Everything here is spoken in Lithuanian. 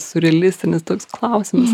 siurrealistinis toks klausimas